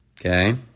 okay